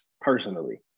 personally